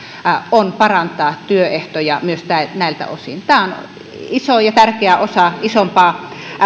on parantaa työehtoja myös näiltä osin tämä on iso ja tärkeä osa isompaa